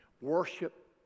Worship